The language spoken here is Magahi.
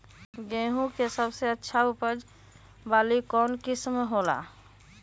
गेंहू के सबसे अच्छा उपज वाली कौन किस्म हो ला?